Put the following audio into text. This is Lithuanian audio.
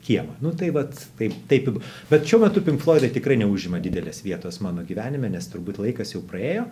kiemą nu tai vat taip taip bet šiuo metu pink floidai tikrai neužima didelės vietos mano gyvenime nes turbūt laikas jau praėjo